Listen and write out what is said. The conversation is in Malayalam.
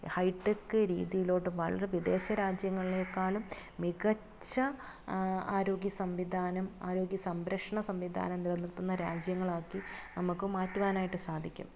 ഹൈ ടെക്ക് രീതിയിലോട്ട് വളരെ വിദേശ രാജ്യങ്ങളിലേക്കാളും മികച്ച ആരോഗ്യ സംവിധാനം ആരോഗ്യ സംരക്ഷണ സംവിധാനം നിലനിർത്തുന്ന രാജ്യങ്ങളാക്കി നമുക്ക് മാറ്റുവാനായിട്ട് സാധിക്കും